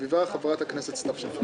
הצבעה